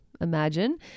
imagine